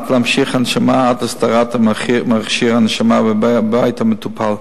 להמשיך הנשמה עד להסדרת מכשיר ההנשמה בבית המטופל.